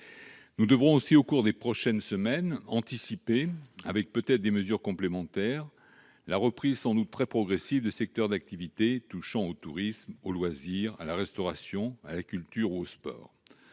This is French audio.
Nous devrons aussi, au cours des prochaines semaines, anticiper, peut-être avec des mesures complémentaires, la reprise, sans doute très progressive, de secteurs d'activité touchant au tourisme, aux loisirs, à la restauration, à la culture et au sport.